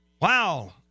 Wow